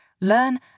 learn